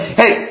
hey